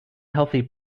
healthy